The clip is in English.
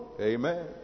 Amen